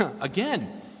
Again